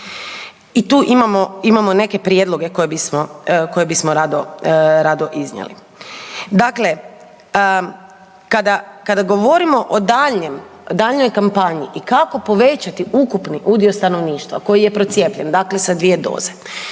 I tu imamo neke prijedloge koje bismo rado iznijeli. Dakle, kada govorimo o daljnjoj kampanji i kako povećati ukupni udio stanovništva koji je procijepljen, dakle sa 2 doze,